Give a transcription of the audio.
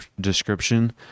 description